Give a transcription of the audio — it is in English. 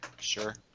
Sure